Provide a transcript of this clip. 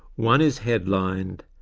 one is headlined,